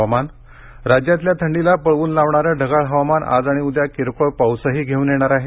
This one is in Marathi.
हवामान राज्यातल्या थंडीला पळवून लावणारं ढगाळ हवामान आज आणि उद्या किरकोळ पाऊसही घेऊन येणार आहे